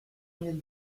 mille